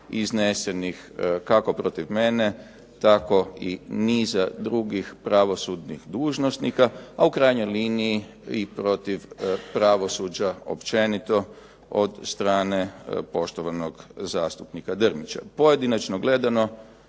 iznesenih kako protiv mene tako i niza drugih pravosudnih dužnosnika a u krajnjoj liniji i protiv pravosuđa općenito od strane poštovanog zastupnika Drmića. Pojedinačno gledano